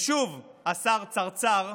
ושוב, השר צרצר.